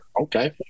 Okay